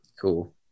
Cool